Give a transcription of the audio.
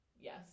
yes